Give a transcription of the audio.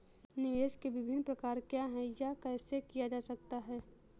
निवेश के विभिन्न प्रकार क्या हैं यह कैसे किया जा सकता है?